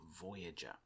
Voyager